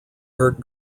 hurt